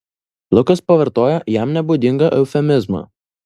lukas pavartojo jam nebūdingą eufemizmą